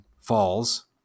falls